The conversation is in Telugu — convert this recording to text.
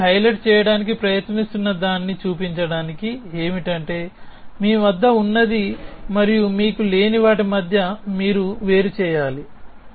నేను ఇక్కడ హైలైట్ చేయడానికి ప్రయత్నిస్తున్నదాన్ని చూపించడానికి ఏమిటంటే మీ వద్ద ఉన్నది మరియు మీకు లేని వాటి మధ్య మీరు వేరుచేయాలి